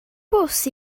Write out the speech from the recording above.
bws